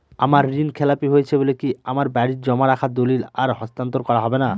আমার ঋণ খেলাপি হয়েছে বলে কি আমার বাড়ির জমা রাখা দলিল আর হস্তান্তর করা হবে না?